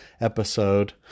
episode